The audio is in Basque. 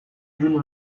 ibili